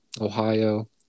Ohio